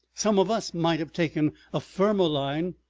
some of us might have taken a firmer line.